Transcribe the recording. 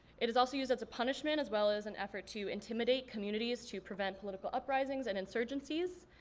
it is also used as a punishment, as well as an effort to intimidate communities to prevent political uprisings and insurgencies.